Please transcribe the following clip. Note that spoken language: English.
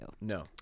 No